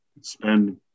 spend